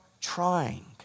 trying